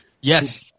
yes